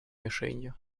мишенью